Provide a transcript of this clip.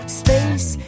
space